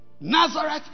Nazareth